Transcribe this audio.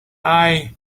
i—i